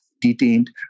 detained